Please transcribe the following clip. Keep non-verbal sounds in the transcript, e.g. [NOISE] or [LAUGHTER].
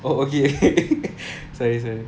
oh okay [LAUGHS] sorry sorry